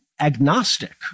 agnostic